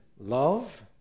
love